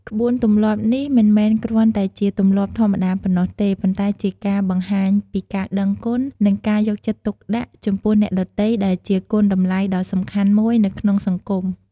ក្បួនទម្លាប់នេះមិនមែនគ្រាន់តែជាទម្លាប់ធម្មតាប៉ុណ្ណោះទេ ប៉ុន្តែជាការបង្ហាញពីការដឹងគុណ និងការយកចិត្តទុកដាក់ចំពោះអ្នកដទៃ ដែលជាគុណតម្លៃដ៏សំខាន់មួយនៅក្នុងសង្គម។